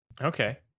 Okay